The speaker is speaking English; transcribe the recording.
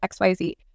xyz